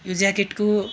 यो ज्याकेटको